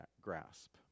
grasp